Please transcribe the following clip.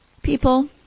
People